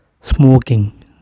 smoking